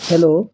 hello